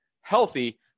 healthy